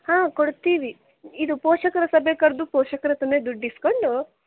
ಹಾಂ ಕೊಡ್ತೀವಿ ಇದು ಪೋಷಕರ ಸಭೆ ಕರೆದು ಪೋಷಕರ ಹತ್ರಾನೇ ದುಡ್ಡು ಈಸ್ಕೊಂಡು